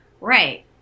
right